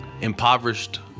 impoverished